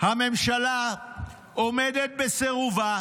הממשלה עומדת בסירובה